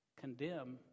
condemn